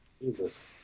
jesus